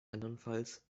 andernfalls